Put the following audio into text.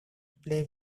play